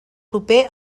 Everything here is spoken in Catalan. proper